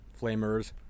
flamers